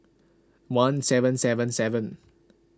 one seven seven seven